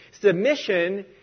Submission